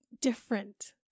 different